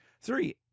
Three